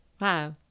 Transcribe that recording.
wow